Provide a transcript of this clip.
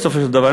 בסופו של דבר,